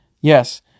Yes